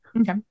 okay